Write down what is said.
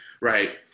right